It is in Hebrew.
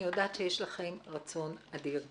אני יודעת שיש לכם רצון אדיר,